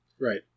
Right